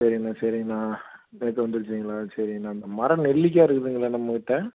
சரிண்ணா சரிண்ணா ரைட் வந்துடுச்சிங்களா சரிண்ணா மர நெல்லிக்காய் இருக்குதுங்களா நம்மக்கிட்ட